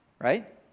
right